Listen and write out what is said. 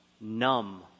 numb